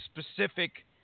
specific